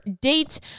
date